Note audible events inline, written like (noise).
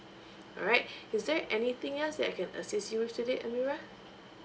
alright (breath) is there anything else that I can assist you with today amirah